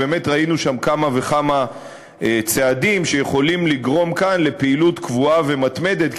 ובאמת ראינו שם כמה וכמה צעדים שיכולים לגרום כאן לפעילות קבועה ומתמדת,